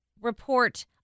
report